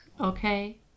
Okay